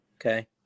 Okay